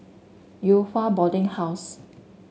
Yew Hua Boarding House